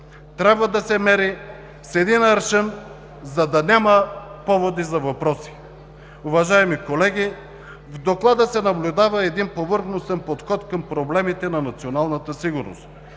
Трябва да се мери с един аршин, за да няма поводи за въпроси. Уважаеми колеги, в Доклада се наблюдава един повърхностен подход към проблемите на националната сигурност,